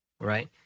right